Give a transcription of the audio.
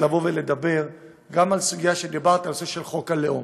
לדבר גם על הסוגיה שדיברת, הנושא של חוק הלאום.